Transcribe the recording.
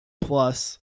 plus